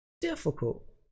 difficult